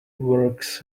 works